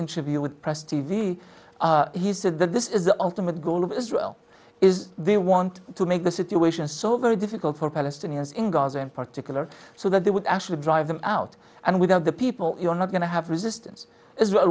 interview with press t v he said that this is the ultimate goal of israel is they want to make the situation so very difficult for palestinians in gaza in particular so that they would actually drive them out and without the people you're not going to have resistance